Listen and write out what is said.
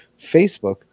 Facebook